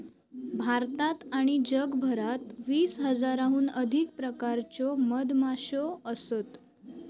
भारतात आणि जगभरात वीस हजाराहून अधिक प्रकारच्यो मधमाश्यो असत